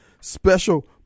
special